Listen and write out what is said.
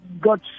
got